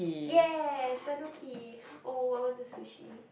yes Tanuki oh I want the sushi